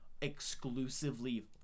exclusively